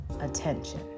attention